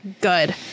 good